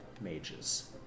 mages